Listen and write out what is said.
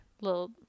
little